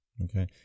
Okay